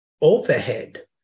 overhead